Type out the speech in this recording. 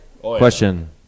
Question